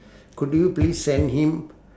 could you please send him